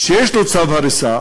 שיש לו צו הריסה,